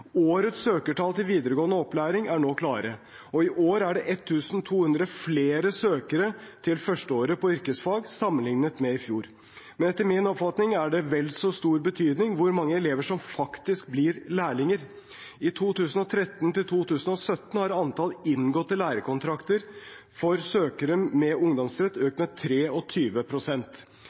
Årets søkertall til videregående opplæring er nå klare, og i år er det 1 200 flere søkere til førsteåret på yrkesfag sammenlignet med i fjor. Men etter min oppfatning er det av vel så stor betydning hvor mange elever som faktisk blir lærlinger. I 2013–2017 økte antall inngåtte lærekontrakter for søkere med ungdomsrett med